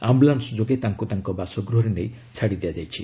ଆୟୁଲାନୁ ଯୋଗେ ତାଙ୍କୁ ତାଙ୍କ ବାସଗୃହରେ ନେଇ ଛାଡିଦିଆଯାଇଛି